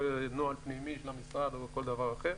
יהיה נוהל פנימי של המשרד או כל דבר אחר.